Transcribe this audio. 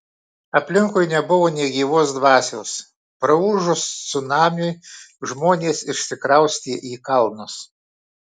aplinkui nebuvo nė gyvos dvasios praūžus cunamiui žmonės išsikraustė į kalnus